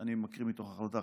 אני מקריא מתוך ההחלטה,